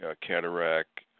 cataract